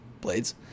Blades